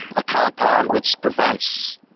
a compound which prevents